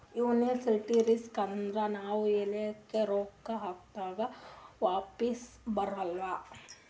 investment risk ಅಂದುರ್ ನಾವ್ ಎಲ್ರೆ ರೊಕ್ಕಾ ಹಾಕ್ದಾಗ್ ವಾಪಿಸ್ ಬರಲ್ಲ